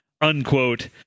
unquote